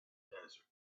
desert